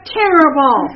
terrible